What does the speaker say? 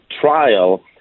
trial